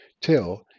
till